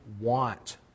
want